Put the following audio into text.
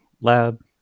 lab